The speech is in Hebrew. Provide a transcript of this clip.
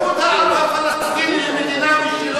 אתה מכיר בזכות העם הפלסטיני למדינה משלו?